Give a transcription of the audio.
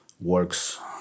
works